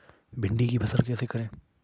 भिंडी की फसल कैसे करें?